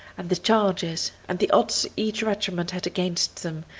and the charges, and the odds each regiment had against them,